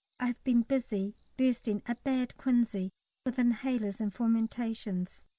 i have been busy bursting a bad quinsy with inhalers and fomentations.